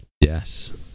Yes